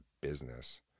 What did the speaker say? business